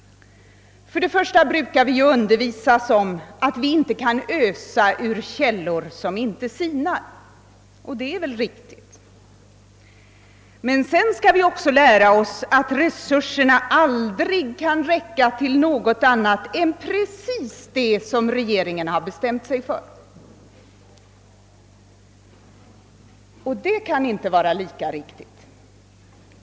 Först och främst brukar vi undervisas om att vi inte kan ösa ur källor som aldrig sinar — och det är väl riktigt. Men sedan skall vi också lära oss att resurserna aldrig kan räcka till något annat än exakt det regeringen bestämt sig för — och detta kan inte vara lika riktigt.